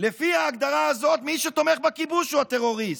לפי ההגדרה הזאת מי שתומך בכיבוש הוא הטרוריסט,